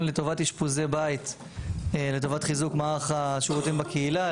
לטובת אשפוזי בית לטובת חיזוק מערך השירותים בקהילה.